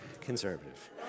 conservative